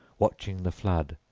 watching the flood,